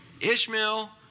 Ishmael